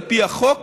על פי החוק,